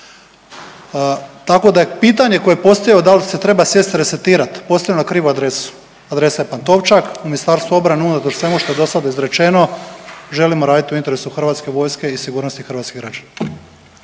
Tako da je pitanje koje je postavio, da li se treba sjesti i resetirati, postavljen na krivu adresu, adresa je Pantovčak, u MORH-u unatoč svemu što je do sada izrečeno, želimo raditi u interesu HV-a i sigurnosti hrvatskih građana.